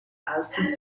alfred